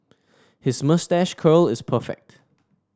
his moustache curl is perfect